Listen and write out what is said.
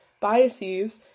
biases